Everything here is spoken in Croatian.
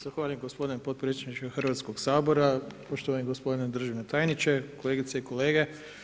Zahvaljujem gospodine podpredsjedniče Hrvatskog sabora, poštovani gospodine državni tajniče, kolegice i kolege.